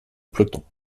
peloton